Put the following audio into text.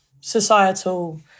societal